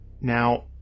now